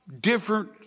different